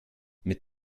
mit